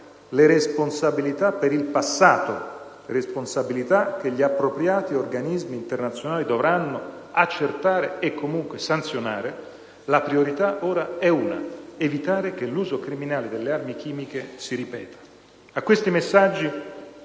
le responsabilità per il passato (che gli appropriati organismi internazionali dovranno accertare e comunque sanzionare), la priorità ora è una: evitare che l'uso criminale delle armi chimiche si ripeta. A questi messaggi